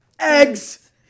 eggs